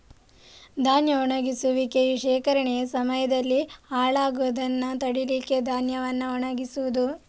ಧಾನ್ಯ ಒಣಗಿಸುವಿಕೆಯು ಶೇಖರಣೆಯ ಸಮಯದಲ್ಲಿ ಹಾಳಾಗುದನ್ನ ತಡೀಲಿಕ್ಕೆ ಧಾನ್ಯವನ್ನ ಒಣಗಿಸುದು